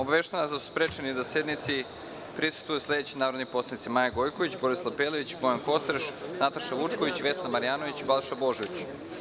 Obaveštavam vas da su sprečeni da sednici prisustvuju sledeći narodni poslanici: Maja Gojković, Borislav Pelević, Bojan Kostreš, Nataša Vučković, Vesna Marjanović i Balša Božović.